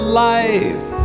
life